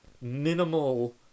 minimal